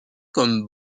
comme